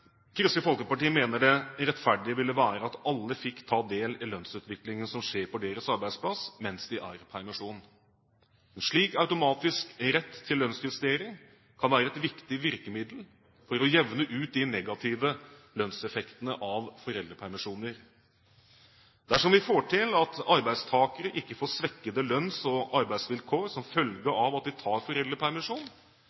Kristelig Folkeparti mener det rettferdige ville være at alle fikk ta del i lønnsutviklingen som skjer på deres arbeidsplass mens de er i permisjon. En slik automatisk rett til lønnsjustering kan være et viktig virkemiddel for å jevne ut de negative lønnseffektene av foreldrepermisjoner. Dersom vi får til at arbeidstakere ikke får svekkede lønns- og arbeidsvilkår som følge